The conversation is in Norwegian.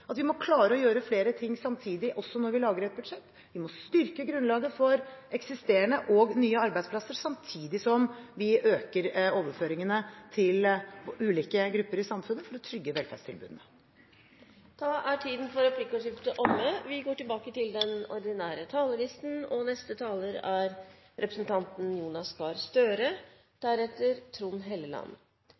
at vi må klare å gjøre flere ting samtidig, også når vi lager et budsjett. Vi må styrke grunnlaget for eksisterende og nye arbeidsplasser samtidig som vi øker overføringene til ulike grupper i samfunnet for å trygge velferdstilbudene. Replikkordskiftet er omme. Det er ikke i omtalen av utfordringene vårt land står overfor, at regjeringen og Arbeiderpartiet skiller lag. Vi